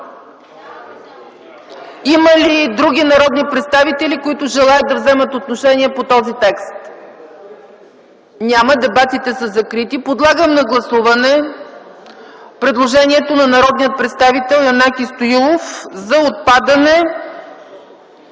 Има ли други народни представители, които желаят да вземат отношение по този текст? Няма. Дебатите са закрити. Подлагам на гласуване предложението на народния представител Янаки Стоилов за отпадане